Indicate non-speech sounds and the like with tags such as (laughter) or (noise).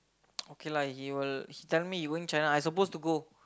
(noise) okay lah he will he tell me he going China I suppose to go